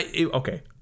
Okay